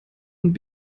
und